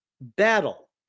battle